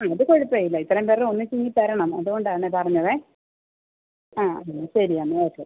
ആ അത് കുഴപ്പം ഇല്ല ഇത്രയും പേരുടെ ഒന്ന് തുന്നിത്തരണം അതുകൊണ്ടാണേ പറഞ്ഞതേ ആ അതിന് ശരി എന്നാൽ ഓക്കെ